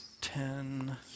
ten